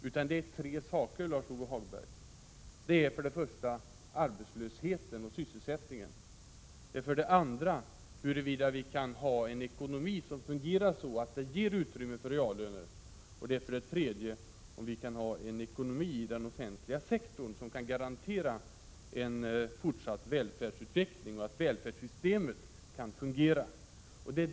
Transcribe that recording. Grundläggande för denna standard är i stället: 2. huruvida vi kan ha en ekonomi som fungerar så att den ger utrymme för reallöner samt 3. om vi kan ha en ekonomi i den offentliga sektorn som kan garantera en fortsatt välfärdsutveckling och att välfärdssystemet fungerar.